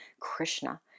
Krishna